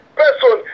person